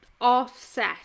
offset